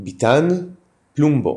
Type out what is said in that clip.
ביתן פלומבו